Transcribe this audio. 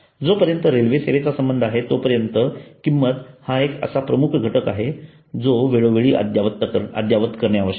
जोपर्यंत रेल्वे सेवेचा संबंध आहे तो पर्यंत किंमत हा एक असा प्रमुख घटक आहे जो वेळोवेळी अदयावत करणे आवश्यक आहे